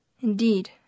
indeed